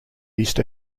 east